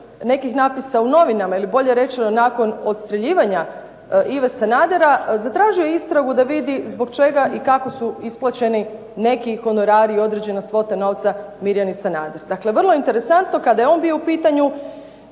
nekih natpisa u novinama ili bolje rečeno nakon odstreljivanja Ive Sanadera zatražio istragu da vidi zbog čega i kako su isplaćeni neki honorari i određena svota novca Mirjani Sanader. Dakle, vrlo interesantno kada je on bio u pitanju